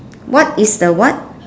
what is the what